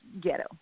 ghetto